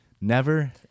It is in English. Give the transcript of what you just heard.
Never-